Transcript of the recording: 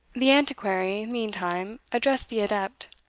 the antiquary, meantime, addressed the adept.